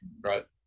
right